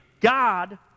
God